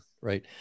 Right